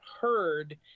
heard